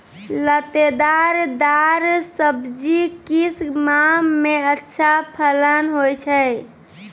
लतेदार दार सब्जी किस माह मे अच्छा फलन होय छै?